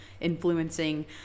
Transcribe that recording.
influencing